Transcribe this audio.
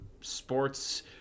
sports